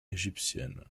égyptienne